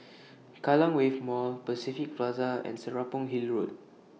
Kallang Wave Mall Pacific Plaza and Serapong Hill Road